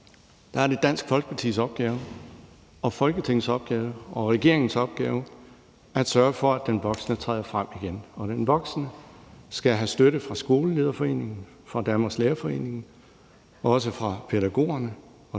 Der er det Dansk Folkepartis, Folketingets og regeringens opgave at sørge for, at den voksne træder frem igen. Og vi voksne skal have støtte fra Skolelederforeningen, Danmarks Lærerforeningen og også fra pædagogerne og deres